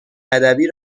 ادبی